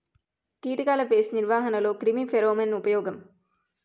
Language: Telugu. కీటకాల పేస్ట్ నిర్వహణలో క్రిమి ఫెరోమోన్ ఉపయోగం